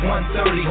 130